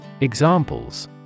Examples